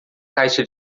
caixa